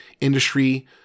industry